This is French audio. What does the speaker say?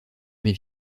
mais